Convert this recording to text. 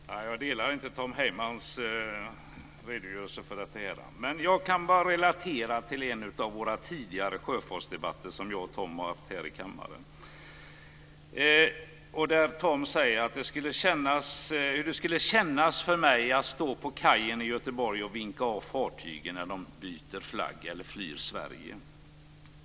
Fru talman! Jag delar inte Tom Heymans syn på detta. Jag kan bara relatera till en av de tidigare sjöfartsdebatter som Tom och jag haft här i kammaren. Då frågade Tom hur det skulle kännas för mig att stå på kajen i Göteborg och vinka av fartygen när de byter flagg eller flyr Sverige.